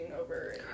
over